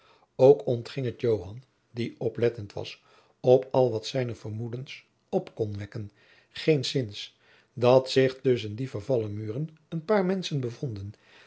ook ontging het joan die oplettend was op al wat zijne vermoedens op kon wekken geenszins dat zich tusschen die vervallen muren een paar menschen bevonden